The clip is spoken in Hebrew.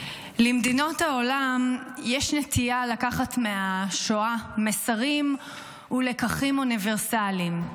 למדינות העולם יש נטייה לקחת מהשואה מסרים ולקחים אוניברסליים: